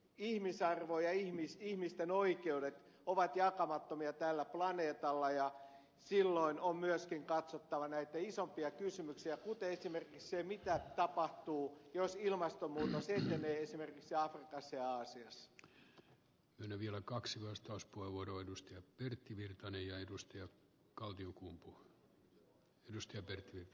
ihmisarvo ja ihmisten oikeudet ovat jakamattomia tällä planeetalla ja silloin on myöskin katsottava näitä isompia kysymyksiä kuten esimerkiksi sitä mitä tapahtuu jos ilmasto on usein hän ei saa kärsiä asiassa minä vielä kaksi ilmastonmuutos etenee esimerkiksi afrikassa ja aasiassa